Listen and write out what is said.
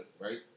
right